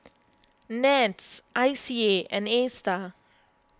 NETS I C A and Astar